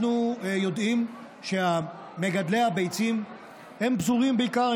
אנחנו יודעים שמגדלי הביצים פזורים בעיקר,